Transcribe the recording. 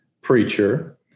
preacher